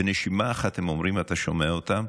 בנשימה אחת הם אומרים, ואתה שומע אותם: